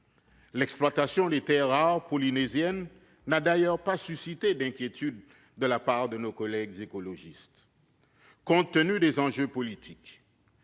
L'exploitation des terres rares polynésiennes n'a d'ailleurs pas suscité d'inquiétudes de la part de nos collègues écologistes. Compte tenu des enjeux politiques,